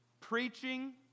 Preaching